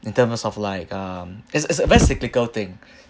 in terms of like um is is very cyclical thing